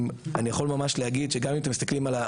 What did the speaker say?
אני יכול ממש להגיד שגם אם אתם מסתכלים על,